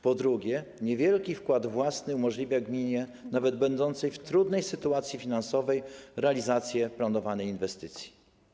Po drugie, niewielki wkład własny umożliwia gminie, nawet będącej w trudnej sytuacji finansowej, realizację planowanej inwestycji.